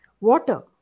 Water